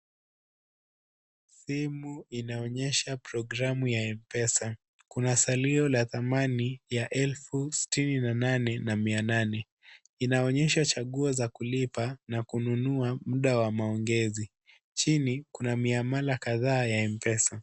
Simu inonyesha programu ya MPESA ,kuna salio la dhamani ya 68800, inaoyesha chagua za kulipa na kununua muda wa maongezi, chini kuna miamala kadhaa ya MPESA.